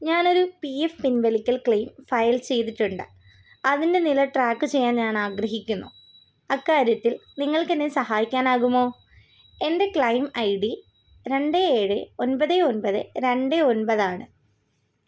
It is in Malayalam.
ഞാൻ ഒരു പി എഫ് പിൻവലിക്കൽ ക്ലെയിം ഫയൽ ചെയ്തിട്ടുണ്ട് അതിൻ്റെ നില ട്രാക്ക് ചെയ്യാൻ ഞാൻ ആഗ്രഹിക്കുന്നു അക്കാര്യത്തിൽ നിങ്ങൾക്ക് എന്നെ സഹായിക്കാനാകുമോ എൻ്റെ ക്ലെയിം ഐ ഡി രണ്ട് ഏഴ് ഒൻപത് ഒൻപത് രണ്ട് ഒൻപത് ആണ്